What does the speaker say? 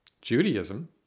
Judaism